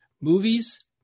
movies